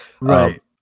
Right